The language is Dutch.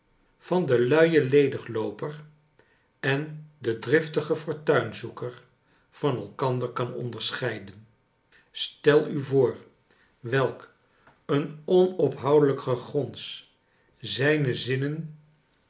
van den men lediglooper en den driftigen fortuinzoeker van elkander kan onderscheiden stel u voor welk een onophoudelijk gegons zijne zinnen